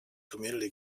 community